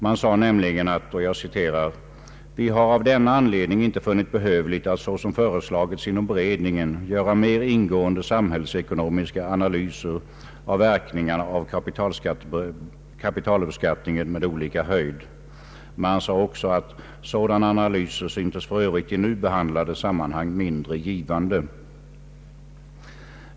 Man sade nämligen, att ”vi har av denna anledning inte funnit behövligt att såsom föreslagits inom beredningen göra mera ingående samhällsekonomiska analyser av verkningarna av kapitalbeskattningen med olika höjd”. Man sade också att ”sådana analyser synes för övrigt i nu behandlade sammanhang mindre givande”.